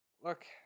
look